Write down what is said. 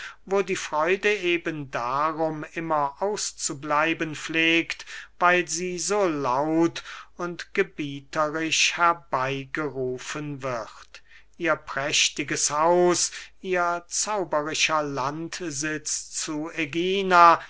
wo die freude eben darum immer auszubleiben pflegt weil sie so laut und gebieterisch herbeygerufen wird ihr prächtiges haus ihr zauberischer landsitz zu ägina